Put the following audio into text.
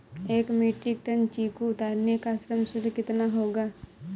एक metric ton चीकू उतारने का श्रम शुल्क कितना होगा?